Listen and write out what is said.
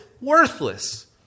worthless